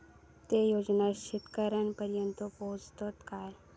ते योजना शेतकऱ्यानपर्यंत पोचतत काय?